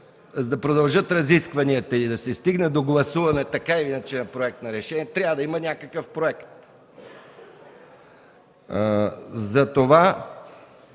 за да продължат разискванията и да се стигне до гласуване така или иначе на проект на решение, трябва да има някакъв проект. Аз ще